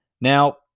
Now